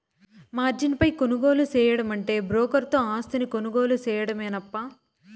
margin పై కొనుగోలు సేయడమంటే బ్రోకర్ తో ఆస్తిని కొనుగోలు సేయడమేనప్పా